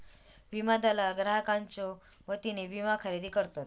विमा दलाल ग्राहकांच्यो वतीने विमा खरेदी करतत